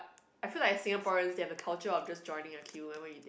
I feel like Singaporean they have the culture of just joining a queue whenever you